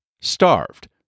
starved